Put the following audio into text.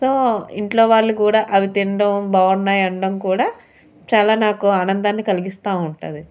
so ఇంట్లో వాళ్ళు కూడా అవి తినడం బాగున్నాయి అనడం కూడా చాలా నాకు ఆనందాన్ని కలిగిస్తూ ఉంటుంది